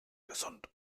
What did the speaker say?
gesund